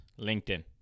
LinkedIn